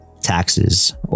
taxes